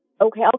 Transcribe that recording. Okay